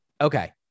okay